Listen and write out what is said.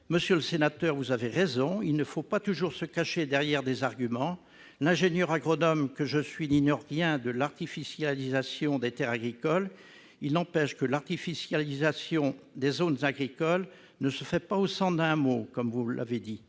Monsieur le sénateur, vous avez raison, il ne faut pas toujours se cacher derrière des arguments. L'ingénieur agronome que je suis n'ignore rien de l'artificialisation des terres agricoles. Il n'empêche que l'artificialisation des zones agricoles ne se fait pas au centre d'un hameau, comme vous l'avez dit.